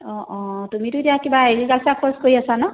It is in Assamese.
অঁ অঁ তুমিতো এতিয়া কিবা এগ্ৰিকালচাৰ কোৰ্চ কৰি আছা ন